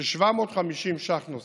750 ש"ח נוספים.